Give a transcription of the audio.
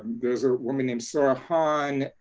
there's a woman named sora han,